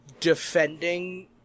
Defending